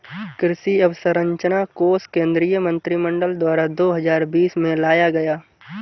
कृषि अंवसरचना कोश केंद्रीय मंत्रिमंडल द्वारा दो हजार बीस में लाया गया